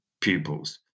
pupils